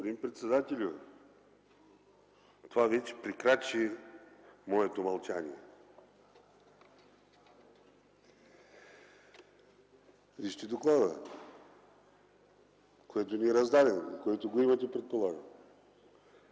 Господин председателю, това вече прекрачи моето мълчание. Вижте доклада, който ни е раздаден, който го имате, предполагам.